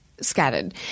scattered